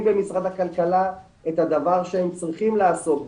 במשרד הכלכלה את הדבר שהם צריכים לעסוק בו,